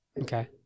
Okay